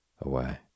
away